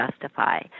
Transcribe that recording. justify